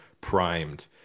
primed